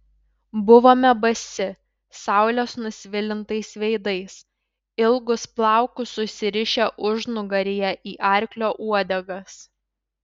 buvome basi saulės nusvilintais veidais ilgus plaukus susirišę užnugaryje į arklio uodegas